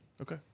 Okay